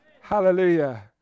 Hallelujah